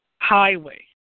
Highway